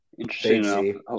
Interesting